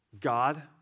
God